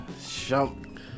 Shump